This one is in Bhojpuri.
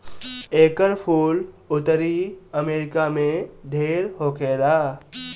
एकर फूल उत्तरी अमेरिका में ढेर होखेला